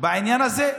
בעניין הזה.